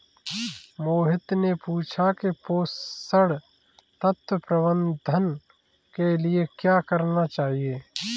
मोहित ने पूछा कि पोषण तत्व प्रबंधन के लिए क्या करना चाहिए?